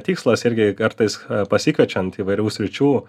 tikslas irgi kartais pasikviečiant įvairių sričių